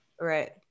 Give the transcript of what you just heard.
right